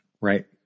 Right